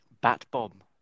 Bat-bomb